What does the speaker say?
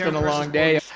and a long day.